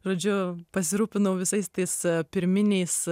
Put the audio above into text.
žodžiu pasirūpinau visais tais pirminiais